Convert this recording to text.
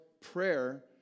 Prayer